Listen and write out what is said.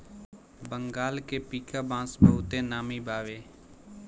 बंगाल के पीका बांस बहुते नामी बावे